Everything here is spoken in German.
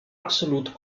absolut